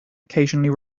occasionally